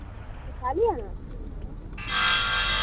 कल जाना